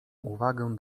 uwagę